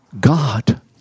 God